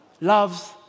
loves